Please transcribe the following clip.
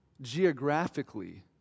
geographically